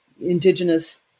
indigenous